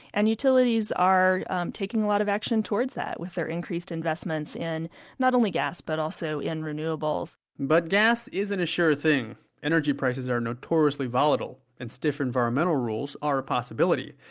and utilities are um taking a lot of actions towards that. with their increased investment in not only gas, but also renewables but gas isn't a sure thing energy prices are notoriously volatile and stiff environmental rules are a possibility.